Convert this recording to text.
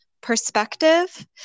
perspective